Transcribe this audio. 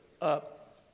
up